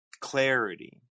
clarity